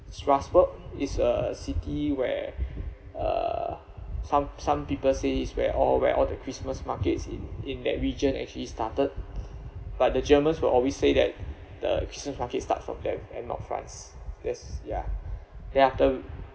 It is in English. strasbourg it's a city where uh some some people say it's where all where all the christmas markets in in that region actually started but the germans will always say that the christmas market start from them and not france that's ya there after